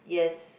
yes